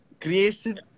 creation